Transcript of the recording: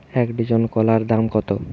এক ডজন কলার দাম কত?